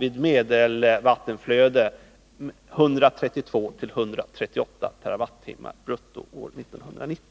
vid medelvattenflöde innebär 132 å 138 TWh brutto årligen år 1990.